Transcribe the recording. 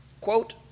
quote